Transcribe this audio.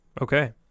Okay